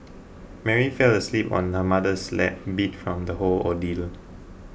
Mary fell asleep on her mother's lap beat from the whole ordeal